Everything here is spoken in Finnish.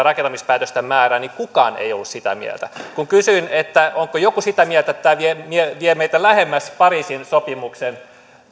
rakentamispäätösten määrää niin kukaan ei ollut sitä mieltä kun kysyin onko joku sitä mieltä että tämä vie vie meitä lähemmäs pariisin sopimuksen